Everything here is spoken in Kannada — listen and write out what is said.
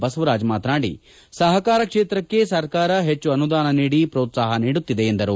ಬಸವರಾಜ್ ಮಾತನಾದಿ ಸಹಕಾರ ಕ್ಷೇತ್ರಕ್ಕೆ ಸರ್ಕಾರ ಹೆಚ್ಚು ಅನುದಾನ ನೀದಿ ಪ್ರೋತ್ಸಾಹ ನೀಡುತ್ತಿದೆ ಎಂದು ಹೇಳಿದರು